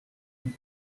and